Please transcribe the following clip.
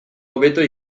hobeto